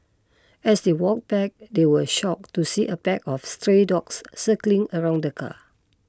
as they walked back they were shocked to see a pack of stray dogs circling around the car